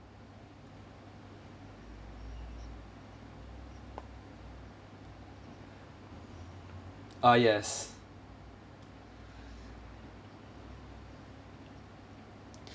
ah yes